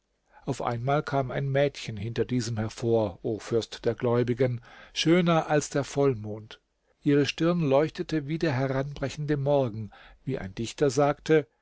auf einmal kam ein mädchen hinter diesem hervor o fürst der gläubigen schöner als der vollmond ihre stirn leuchtete wie der heranbrechende morgen wie ein dichter sagte